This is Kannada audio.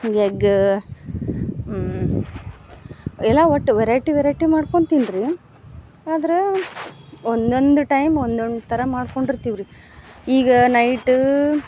ಎಗ್ ಎಲ್ಲ ಒಟ್ಟು ವೆರೈಟಿ ವೆರೈಟಿ ಮಾಡ್ಕೊಂತಿನ್ರೀ ಆದ್ರೆ ಒನ್ನೊಂದು ಟೈಮ್ ಒನ್ನೊಂದು ಥರ ಮಾಡ್ಕೊಂಡಿರ್ತಿವ್ರೀ ಈಗ ನೈಟ